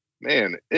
man